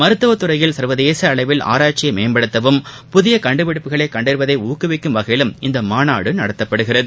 மருத்துவத் துறையில் சர்வதேச அளவில் ஆராய்ச்சியை மேம்படுத்தவும் புதிய கண்டுபிடிப்புகளை கண்டறிவதை ஊக்குவிக்கும் வகையிலும் இந்த மாநாடு நடத்தப்படுகிறது